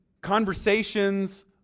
conversations